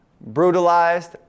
brutalized